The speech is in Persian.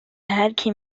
هرکی